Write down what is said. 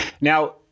Now